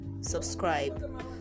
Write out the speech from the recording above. subscribe